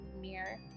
mirror